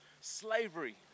slavery